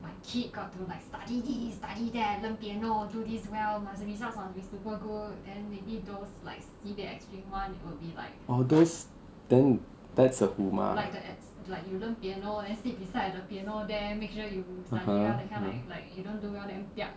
orh those then that's a 虎妈 ah (uh huh)